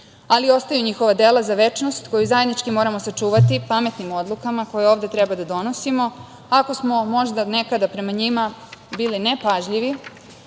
ali ostaju njihova dela, za večnost koju zajednički moramo sačuvati, pametnim odlukama koje ovde treba da donosimo, ako smo možda nekada prema njima bili ne pažljivi